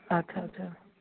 ਅੱਛਾ ਅੱਛਾ